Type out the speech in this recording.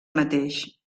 mateix